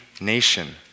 nation